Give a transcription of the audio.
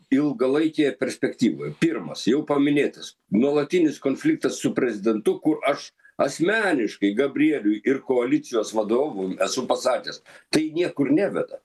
ilgalaikėje perspektyvoje pirmas jau paminėtas nuolatinis konfliktas su prezidentu kur aš asmeniškai gabrieliui ir koalicijos vadovui esu pasakęs tai niekur neveda